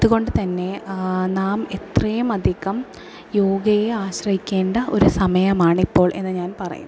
അതുകൊണ്ട് തന്നെ നാം എത്രയും അധികം യോഗയെ ആശ്രയിക്കേണ്ട ഒരു സമയമാണ് ഇപ്പോൾ എന്ന് ഞാൻ പറയും